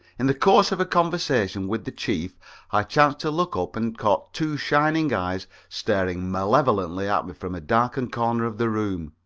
in the course of a conversation with the chief i chanced to look up and caught two shining eyes staring malevolently at me from a darkened corner of the room.